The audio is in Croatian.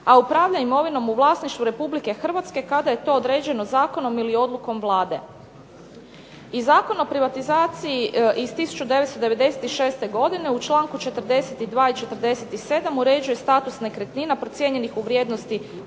a upravlja imovinom u vlasništvu RH kada je to određeno zakonom ili odlukom Vlade. I Zakon o privatizaciji iz 1996. godine u čl. 42. i 47. uređuje status nekretnina procijenjenih u vrijednosti